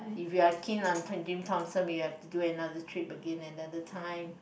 if you're keen on taking Thompson you have to do another trip again another time